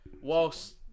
whilst